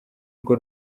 urwo